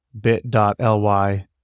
bit.ly